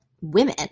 women